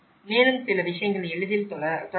மேலும் சில விஷயங்களை எளிதில் தொடரலாம்